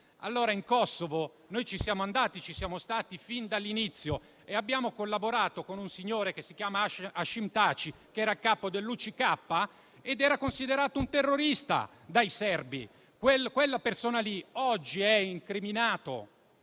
In Kosovo siamo andati, siamo stati fin dall'inizio e abbiamo collaborato con un signore che si chiama Hashim Thaqi, che era capo dell'UCK ed era considerato un terrorista dai serbi. Quella persona oggi è incriminata